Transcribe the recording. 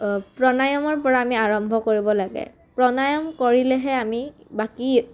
প্ৰাণায়ামৰ পৰা আমি আৰম্ভ কৰিব লাগে প্ৰাণায়াম কৰিলেহে আমি বাকী